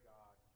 God